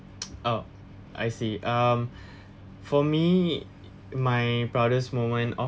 oh I see um for me my proudest moment of